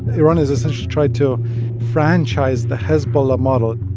iran has essentially tried to franchise the hezbollah model.